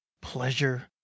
pleasure